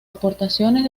aportaciones